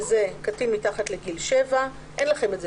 וזה קטין מתחת לגיל שבע אין לכם את זה.